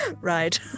Right